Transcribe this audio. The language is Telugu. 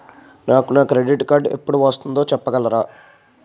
నాకు నా క్రెడిట్ కార్డ్ ఎపుడు వస్తుంది చెప్పగలరా?